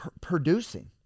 producing